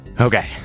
Okay